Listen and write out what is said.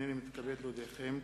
הנני מתכבד להודיעכם,